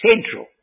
central